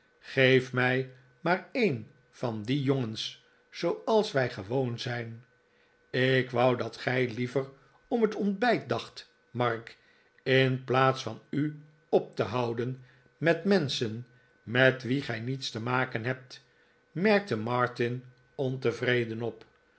geef mij maar een van die jongens zooals wij gewoon zijn ik wou dat gij liever om het ontbijt dacht mark in plaats van u op te houden met menschen met wie gij niets te maken hebt merkte martin ontevreden op